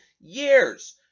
years